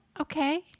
Okay